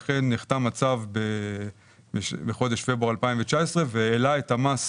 לכן נחתם הצו בחודש פברואר 2019 והעלה את המס